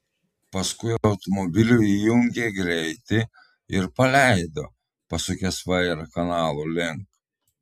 paskui automobiliui įjungė greitį ir paleido pasukęs vairą kanalo link